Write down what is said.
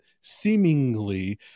seemingly